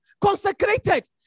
consecrated